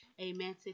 Amen